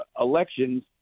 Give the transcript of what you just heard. elections